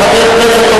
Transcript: בילסקי.